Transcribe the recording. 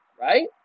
Right